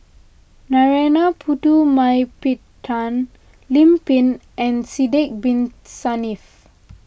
Narana Putumaippittan Lim Pin and Sidek Bin Saniff